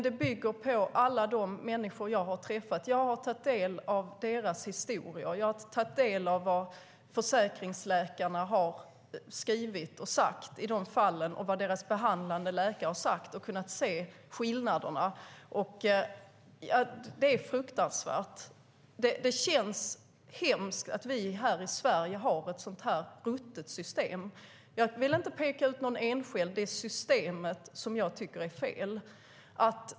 Det bygger på alla de berättelser jag hört från människor jag träffat. Jag har tagit del av deras historier. Jag har tagit del av vad försäkringsläkarna har skrivit och sagt i deras fall. Jag har tagit del av vad deras behandlande läkare sagt. Då har jag också kunnat se skillnaderna. Det är fruktansvärt. Det känns hemskt att vi i Sverige har ett sådant ruttet system. Jag vill inte peka ut någon enskild. Det är systemet som jag tycker är fel.